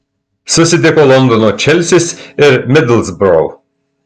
susitiko londono čelsis ir midlsbro